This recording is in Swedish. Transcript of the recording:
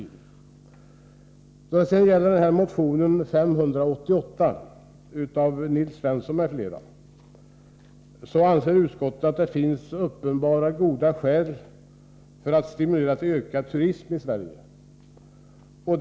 Då det gäller motion 588 av Nils Svensson m.fl. anser utskottet att det finns uppenbara, goda skäl för att stimulera till ökad turism i Sverige.